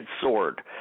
sword